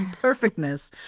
perfectness